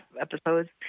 episodes